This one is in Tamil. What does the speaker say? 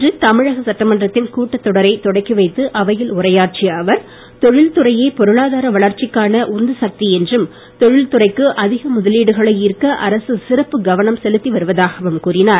இன்று தமிழக சட்டமன்றத்தின் கூட்டத் தொடரை தொடக்கி வைத்து அவையில் உரையாற்றிய அவர் தொழல் துறையே பொருளாதார வளர்ச்சிக்கான உந்து சக்தி என்றும் தொழில் துறைக்கு அதிக முதலீடுகளை ஈர்க்க அரசு சிறப்பு கவனம் செலுத்தி வருவதாகவும் கூறினார்